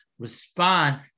respond